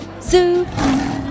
Zoo